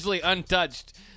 untouched